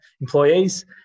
employees